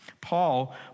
Paul